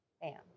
bam